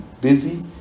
busy